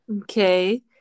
okay